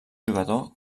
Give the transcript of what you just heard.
jugador